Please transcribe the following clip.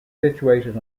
situated